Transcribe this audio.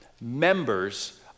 members